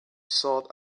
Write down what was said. sought